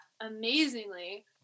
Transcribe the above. amazingly